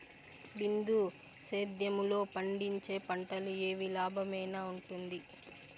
బిందు సేద్యము లో పండించే పంటలు ఏవి లాభమేనా వుంటుంది?